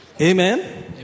Amen